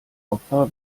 opfer